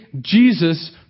Jesus